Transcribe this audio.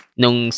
nung